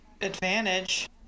advantage